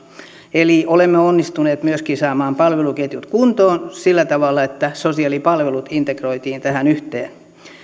eli olemme onnistuneet myöskin saamaan palveluketjut kuntoon sillä tavalla että sosiaalipalvelut integroitiin tähän yhteen